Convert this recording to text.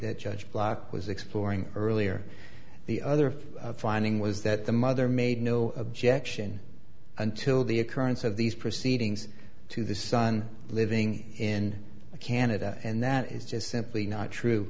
that judge block was exploring earlier the other of finding was that the mother made no objection until the occurrence of these proceedings to the son living in canada and that is just simply not true